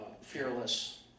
fearless